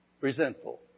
resentful